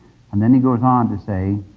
and then he goes on to say,